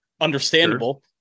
understandable